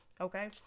Okay